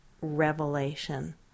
revelation